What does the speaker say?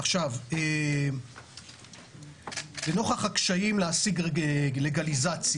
עכשיו, לנוכח הקשיים להשיג לגליזציה,